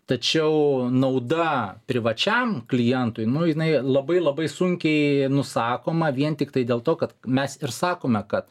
tačiau nauda privačiam klientui nu jinai labai labai sunkiai nusakoma vien tiktai dėl to kad mes ir sakome kad